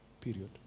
Period